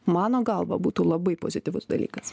mano galva būtų labai pozityvus dalykas